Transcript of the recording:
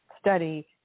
study